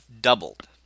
doubled